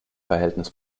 verhältnis